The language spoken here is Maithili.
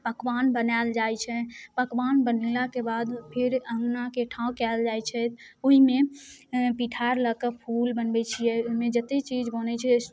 पकवान बनाएल जाइ छै पकवान बनेलाके बाद फेर अँगनाके ठाँउ कएल जाइ छै ओहिमे पिठार लऽ कऽ फूल बनबै छिए ओहिमे जतेक चीज बनै छै